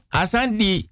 asandi